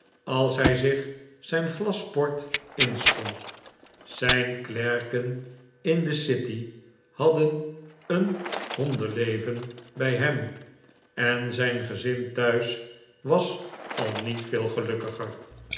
als hij zich zijn glas port inschonk zijn klerken in de city hadden een hondenleven bij hem en zijn gezin thuis was al niet veel gelukkiger